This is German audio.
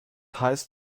heißt